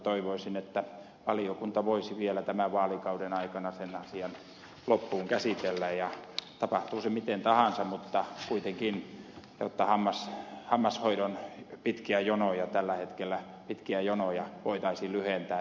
toivoisin että valiokunta voisi vielä tämän vaalikauden aikana sen asian loppuun käsitellä tapahtuu se miten tahansa jotta hammashoidon pitkiä jonoja tällä hetkellä voitaisiin lyhentää